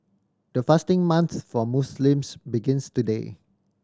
the fasting month for Muslims begins today